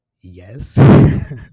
Yes